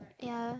ya